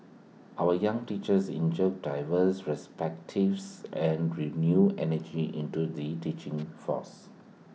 our young teachers inject diverse perspectives and renewed energy into the teaching force